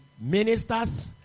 ministers